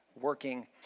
working